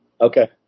Okay